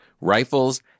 rifles